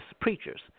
Preachers